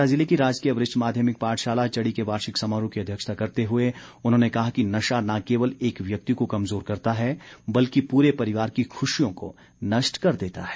कांगड़ा जिले की राजकीय वरिष्ठ माध्यमिक पाठशाला चड़ी के वार्षिक समारोह की अध्यक्षता करते हुए उन्होंने कहा कि नशा न केवल एक व्यक्ति को कमजोर करता है बल्कि पूरे परिवार की खुशियों को नष्ट कर देता है